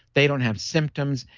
they don't have symptoms,